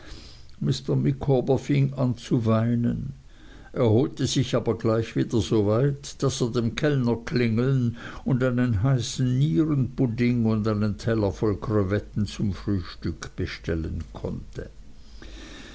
fing an zu weinen erholte sich aber gleich wieder soweit daß er dem kellner klingeln und einen heißen nierenpudding und einen teller voll krevetten zum frühstück bestellen konnte